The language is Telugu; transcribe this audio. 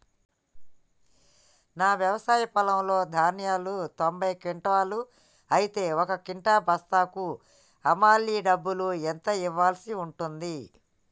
నా వ్యవసాయ పొలంలో ధాన్యాలు తొంభై క్వింటాలు అయితే ఒక క్వింటా బస్తాకు హమాలీ డబ్బులు ఎంత ఇయ్యాల్సి ఉంటది?